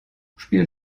spielen